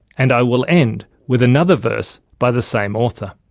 and i will end with another verse by the same author.